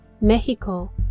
Mexico